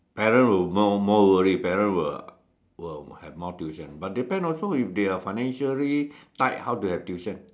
parent will more more worry parents will will have more tuition but depends also if they are financially tight how to have tuition